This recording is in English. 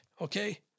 okay